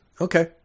okay